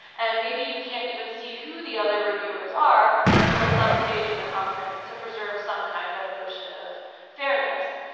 and maybe you can't even see who the other reviewers are until some stage in the conference to preserve some kind of notion of fairness.